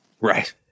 Right